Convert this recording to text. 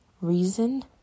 reason